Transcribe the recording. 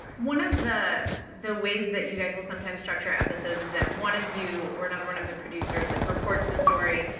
one of the ways ways that you guys will sometimes structure episodes is that one of you or another one of the producers like reports the story,